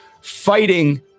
fighting